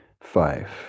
five